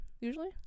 usually